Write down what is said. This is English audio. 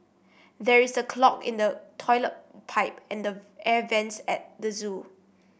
there is a clog in the toilet pipe and the air vents at the zoo